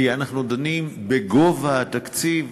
כי אנחנו דנים בגובה התקציב,